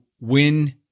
win